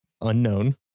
unknown